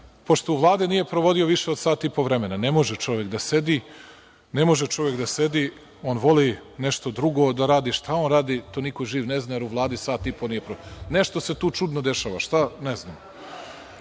pošto u Vladi nije provodio više od sat i po vremena. Ne može čovek da sedi, on voli nešto drugo da radi. Šta on radi, to niko živ ne zna, jer u Vladi sat i po nije proveo. Nešto se tu čudno dešava, a šta ne znam.